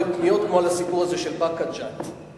פניות כמו על הסיפור הזה של באקה ג'ת.